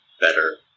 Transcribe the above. better